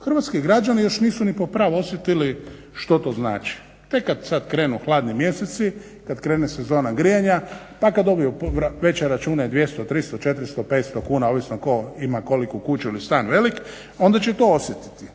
hrvatski građani nisu ni po prav osjetili što to znači, tek sada kada krenu hladni mjeseci kada krene seozna grijanja pa kada dobiju veće račune 200, 300, 400, 500 kuna ovisno tko ima koliku kuću ili stan velik onda će to osjetiti.